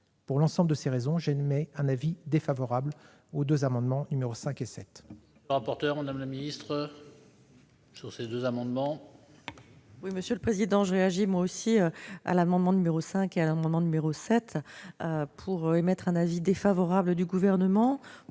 Pour l'ensemble de ces raisons, j'émets un avis défavorable sur les amendements identiques n